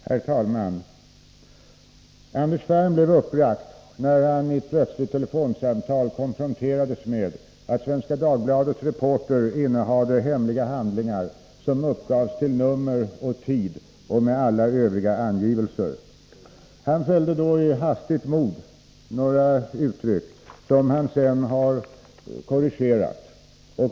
Herr talman! Anders Ferm blev uppbragt när han i ett plötsligt telefonsamtal konfronterades med att Svenska Dagbladets reporter innehade hemliga handlingar som uppgavs till nummer och tid och med alla övriga angivelser. Han fällde då i hastigt mod några uttryck som han sedan har korrigerat.